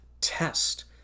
test